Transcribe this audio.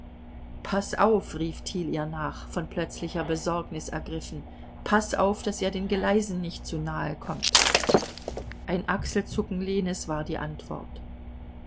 paß auf rief thiel ihr nach von plötzlicher besorgnis ergriffen paß auf daß er den geleisen nicht zu nahe kommt ein achselzucken lenes war die antwort